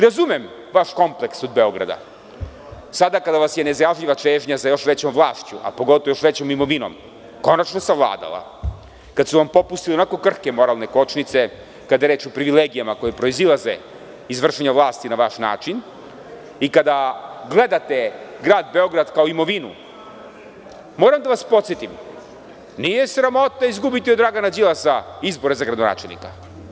Razumem vaš kompleks od Beograda, sada kada vas je nezajažljiva čežnja za još većom vlašću, a pogotovo još većom imovinom, konačno savladala, kad su vam popustile ionako krhke moralne kočnice kada je reč o privilegijama koje proizilaze iz vršenja vlasti na vaš način i kada gledate grad Beograd kao imovinu, moram da vas podsetim da nije sramota izgubiti od Dragana Đilasa izbore za gradonačelnika.